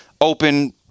open